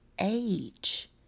age